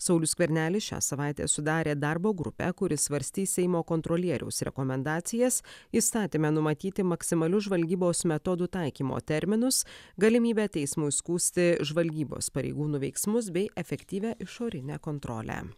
saulius skvernelis šią savaitę sudarė darbo grupę kuri svarstys seimo kontrolieriaus rekomendacijas įstatyme numatyti maksimalius žvalgybos metodų taikymo terminus galimybę teismui skųsti žvalgybos pareigūnų veiksmus bei efektyvią išorinę kontrolę